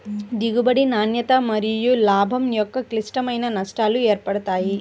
దిగుబడి, నాణ్యత మరియులాభం యొక్క క్లిష్టమైన నష్టాలు ఏర్పడతాయి